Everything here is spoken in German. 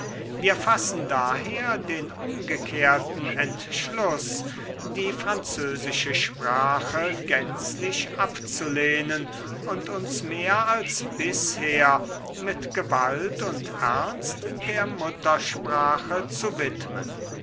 wir fassen daher den umgekehrten entschluß die französische sprache gänzlich abzulehnen und uns mehr als bisher mit gewalt und ernst der muttersprache zu widmen